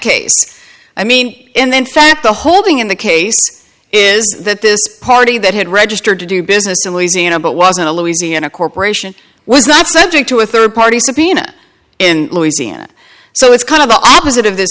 case i mean and then fact the holding in the case is that this party that had registered to do business in louisiana but wasn't a louisiana corporation was not subject to a third party subpoena in louisiana so it's kind of the opposite of this